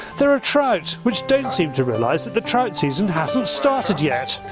there are trout, which don't seem to realise that the trout season hasn't started yet.